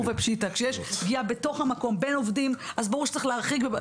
ופְּשִׁיטָא; כשיש פגיעה בעובדים במקום העבודה אז ברור שצריך להרחיק.